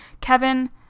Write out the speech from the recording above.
kevin